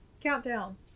Countdown